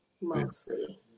Mostly